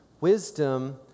Wisdom